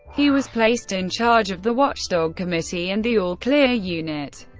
he was placed in charge of the watchdog committee and the all clear unit,